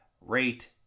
rate